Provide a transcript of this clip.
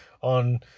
on